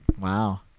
Wow